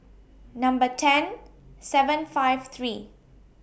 Number ten seven five three